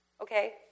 okay